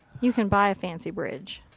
you can buy a fancy bridge.